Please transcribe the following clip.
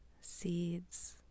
seeds